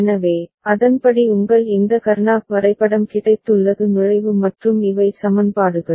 எனவே அதன்படி உங்கள் இந்த கர்னாக் வரைபடம் கிடைத்துள்ளது நுழைவு மற்றும் இவை சமன்பாடுகள்